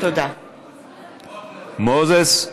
מוזס.